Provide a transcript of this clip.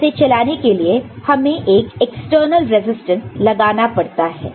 तो इसे चलाने के लिए हमें एक एक्सटर्नल रेसिस्टेंस लगाना पड़ता है